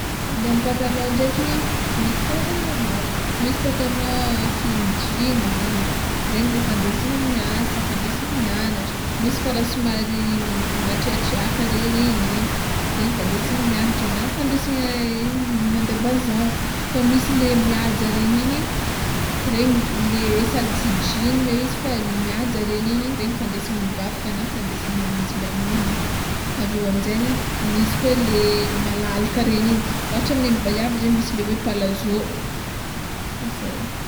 Le patalon ndraiky misy karazagny maromaro, misy pantalon slim jean, regny le fandesigny miasa fandesigny mianatra, misy kara somary matriatriàka regny igny e regny fandesigny miagnatra na fandesiny mande bazary fa misy le mihaja regny igny regny le sady tsy jean izy fa mihaja regny igny regny fandesigny mivavaka na fandesigny mamonjy lagnona, aveo aminjegny iny misy koa le malalaka regny igny ôhatra amy neny vaiavy zao misy le hoe palazzo de zay.